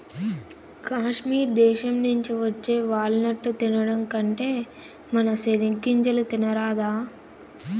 కాశ్మీర్ దేశం నుంచి వచ్చే వాల్ నట్టు తినడం కంటే మన సెనిగ్గింజలు తినరాదా